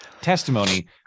testimony